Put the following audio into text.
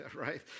right